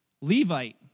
Levite